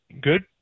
Good